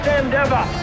endeavor